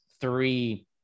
three